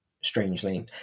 strangely